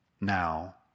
now